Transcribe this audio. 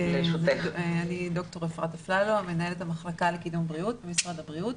אני מנהלת המחלקה לקידום בריאות במשרד הבריאות.